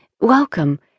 Welcome